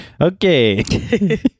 Okay